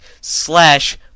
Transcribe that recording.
slash